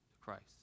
Christ